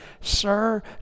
Sir